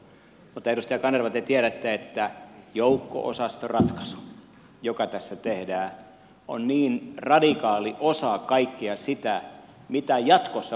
mutta edustaja kanerva te tiedätte että joukko osastoratkaisu joka tässä tehdään on radikaali osa kaikkea sitä mitä jatkossa voidaan tehdä